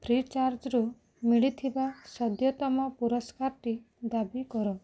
free ଚାର୍ଜ୍ରୁ ମିଳିଥିବା ସଦ୍ୟତମ ପୁରସ୍କାରଟି ଦାବି କର